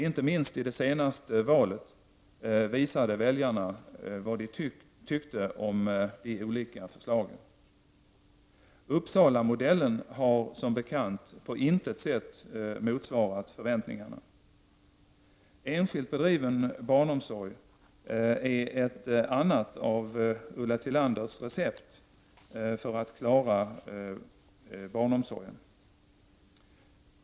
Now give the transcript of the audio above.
Inte minst i det senaste valet visade väljarna vad de tyckte om de olika förslagen. Uppsalamodellen har som bekant på intet sätt motsvarat förväntningarna. Enskilt bedriven barnomsorg är ett annat av Ulla Tillanders recept för att klara barnomsorgen.